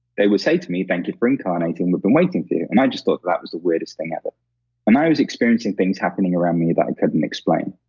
they would say to me, thank you for incarnating, we've been waiting for you. and i just thought that was the weirdest thing ever and i was experiencing things happening around me that i couldn't explain.